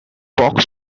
box